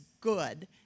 good